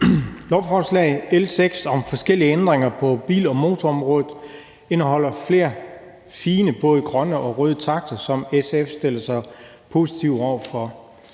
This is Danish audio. Lovforslag L 6 om forskellige ændringer på bil- og motorområdet indeholder flere sigende både grønne og røde takter, som SF stiller sig positive over for.